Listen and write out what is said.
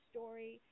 Story